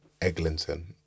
Eglinton